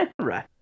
right